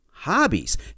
hobbies